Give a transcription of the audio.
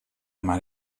mar